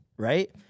right